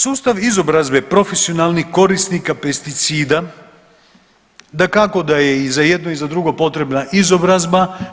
Sustav izobrazbe profesionalnih korisnika pesticida dakako da je i za jedno i za drugo potrebna izobrazba.